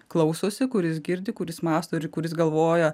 klausosi kuris girdi kuris mąsto ir kuris galvoja